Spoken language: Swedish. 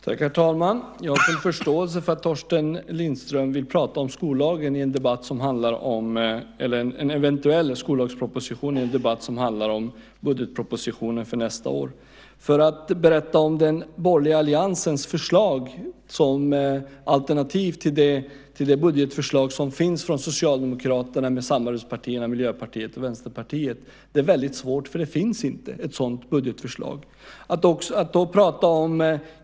Herr talman! Jag har förståelse för att Torsten Lindström vill prata om en eventuell skollagsproposition i en debatt som handlar om budgetpropositionen för nästa år. För att berätta om den borgerliga alliansens förslag som alternativ till det budgetförslag som finns från Socialdemokraterna med samarbetspartierna Miljöpartiet och Vänsterpartiet är väldigt svårt. Det finns inte ett sådant budgetförslag.